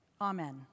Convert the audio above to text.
Amen